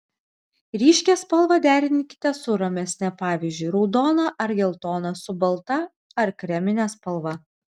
ryškią spalvą derinkite su ramesne pavyzdžiui raudoną ar geltoną su balta ar kremine spalva